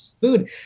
food